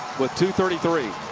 with two thirty three.